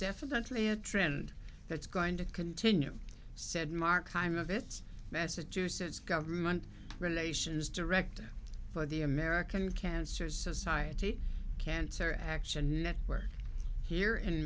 definitely a trend that's going to continue said markheim of its massachusetts government relations director for the american cancer society cancer action network here in